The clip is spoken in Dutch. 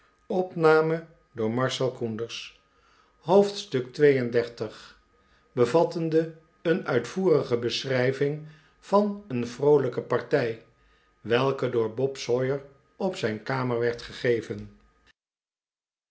hoofdstuk xxxii bevattende een uitvoerige beschrijving van een vroolijke partij welke door bob sawyer op zijn kamer werd gegeven